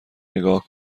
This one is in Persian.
نگاه